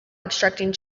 obstructing